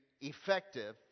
effective